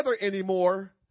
anymore